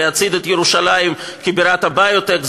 להצעיד את ירושלים כבירת הביו-טק,